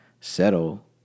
settle